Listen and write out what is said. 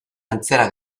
antzera